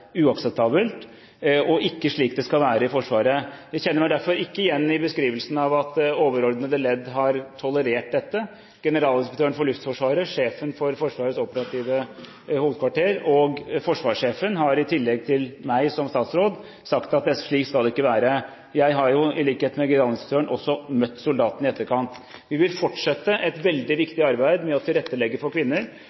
uakseptabelt og ikke slik det skal være i Forsvaret. Jeg kjenner meg derfor ikke igjen i beskrivelsen av at overordnede ledd har tolerert dette. Generalinspektøren for Luftforsvaret, sjefen for Forsvarets operative hovedkvarter og forsvarssjefen har, i tillegg til meg, som statsråd, sagt at slik skal det ikke være. Jeg har, i likhet med generalinspektøren, møtt soldaten i etterkant. Vi vil fortsette et veldig